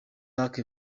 luc